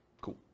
Cool